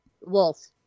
Wolf